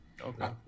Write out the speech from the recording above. Okay